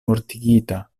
mortigita